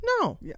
No